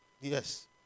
Yes